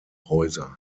häuser